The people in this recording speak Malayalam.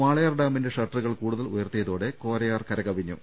വാളയാർ ഡാമിന്റെ ഷട്ട റുകൾ കൂടുതൽ ഉയർത്തിയതോടെ കോരയാർ കർ കവിഞ്ഞു